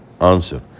Answer